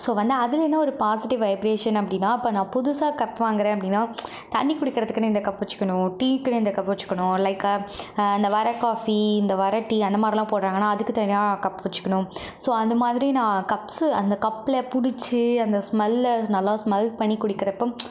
so வந்து அதில் என்ன ஒரு பாசிட்டிவ் வைப்ரேஷன் அப்படினா இப்போ நான் புதுசாக கப் வாங்கறேன் அப்படினா தண்ணீர் குடிக்கிறத்துக்குனு இந்த கப் வச்சிக்கணும் டீக்கு இந்த கப் வச்சுக்கணும் லைக் இந்த வர காஃபி இந்த வர டீ அந்த மாதிரிலாம் போடுறாங்கனா அதுக்கு கப் வச்சுக்கணும் ஸோ அந்த மாதிரி நான் கப்ஸ் அந்த கப்பில் பிடிச்சி அந்த ஸ்மெல்லை நல்லா ஸ்மெல் பண்ணி குடிக்கிறப்ப